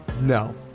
no